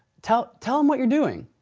tell tell him what you're doing.